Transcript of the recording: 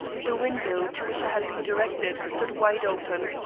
the window to which i had been directed stood wide open.